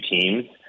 teams